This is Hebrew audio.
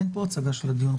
אין פה הצגה של הדיון.